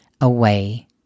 away